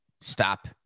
stop